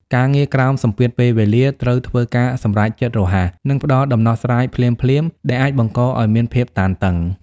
ការងារក្រោមសម្ពាធពេលវេលា ត្រូវធ្វើការសម្រេចចិត្តរហ័ស និងផ្ដល់ដំណោះស្រាយភ្លាមៗ ដែលអាចបង្កឱ្យមានភាពតានតឹង។